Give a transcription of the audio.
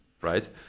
right